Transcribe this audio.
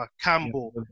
Campbell